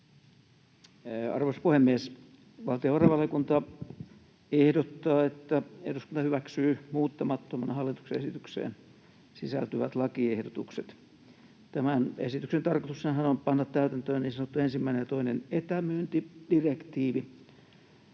Arvoisa puhemies! Valtiovarainvaliokunta ehdottaa, että eduskunta hyväksyy muuttamattomana hallituksen esitykseen sisältyvät lakiehdotukset. Tämän esityksen tarkoituksenahan on panna täytäntöön niin sanottu ensimmäinen ja toinen etämyyntidirektiivi.